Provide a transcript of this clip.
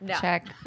check